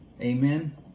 Amen